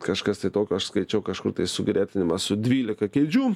kažkas tai tokio aš skaičiau kažkur tai sugretinimą su dvylika kėdžių